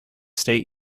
state